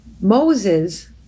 Moses